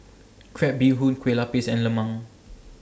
Crab Bee Hoon Kue Lupis and Lemang